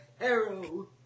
Arrow